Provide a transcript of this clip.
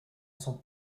son